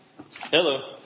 Hello